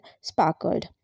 sparkled